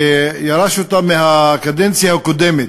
שירש אותה מהקדנציה הקודמת,